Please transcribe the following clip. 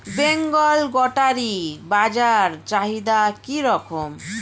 বেঙ্গল গোটারি বাজার চাহিদা কি রকম?